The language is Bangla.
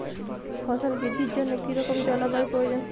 ফসল বৃদ্ধির জন্য কী রকম জলবায়ু প্রয়োজন?